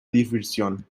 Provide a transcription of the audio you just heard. diversión